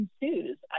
ensues